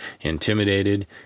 intimidated